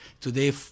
today